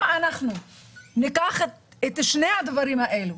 אם אנחנו ניקח את שני הדברים האלה,